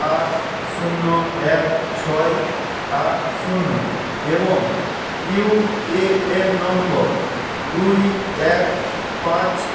আট শূন্য এক ছয় আট শূন্য এবং ইউএএন নম্বর দুই এক পাঁচ